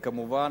כמובן,